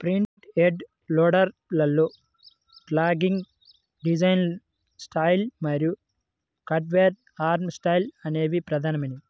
front end loader లలో dogleg design style మరియు curved arm style అనేవి ప్రధానమైనవి